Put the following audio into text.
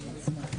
לכולם,